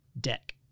Deck